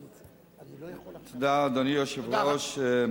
תודה, אדוני היושב-ראש.